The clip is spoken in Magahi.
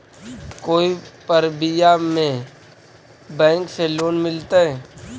कोई परबिया में बैंक से लोन मिलतय?